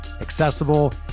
accessible